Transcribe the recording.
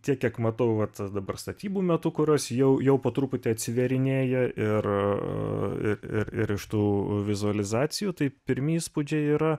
tiek kiek matau va tas dabar statybų metu kurios jau jau po truputį atsiverinėja ir ir ir ir iš tų vizualizacijų tai pirmi įspūdžiai yra